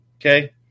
okay